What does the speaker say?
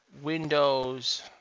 Windows